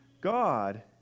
God